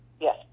Yes